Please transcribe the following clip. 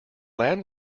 land